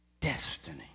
destiny